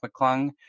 McClung